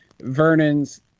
Vernon's